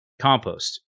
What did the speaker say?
compost